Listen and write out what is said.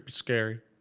scary,